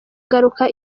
ingaruka